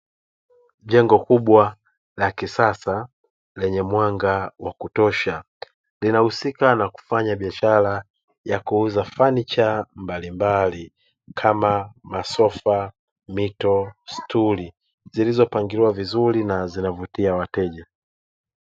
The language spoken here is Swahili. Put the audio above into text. Jengo kubwa la kisasa lenye mwanga wakutosha linahusika na kufanya biashara ya kuuza fanicha mbalimbali kama masofa, mito, stuli zilizopangiliwa vizuri na zinavutia wateja.